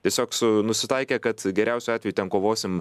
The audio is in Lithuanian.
tiesiog su nusitaikė kad geriausiu atveju ten kovosim